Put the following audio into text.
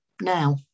now